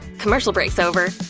commercial break's over.